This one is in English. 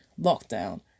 lockdown